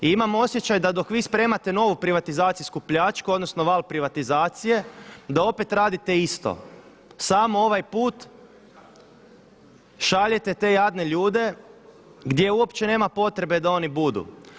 I imam osjećaj da dok vi spremate novu privatizacijsku pljačku, odnosno val privatizacije da opet radite isto samo ovaj put šaljete te jadne ljude gdje uopće nema potrebe da oni budu.